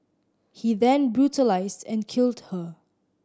he then brutalised and killed her